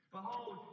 Behold